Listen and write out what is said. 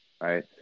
right